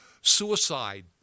Suicide